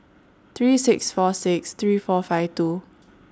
three six four six three four five two